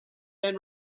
been